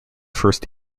first